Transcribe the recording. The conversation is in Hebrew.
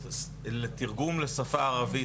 לתרגום לשפה הערבית,